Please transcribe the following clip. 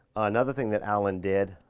another thing that alan did,